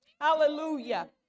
Hallelujah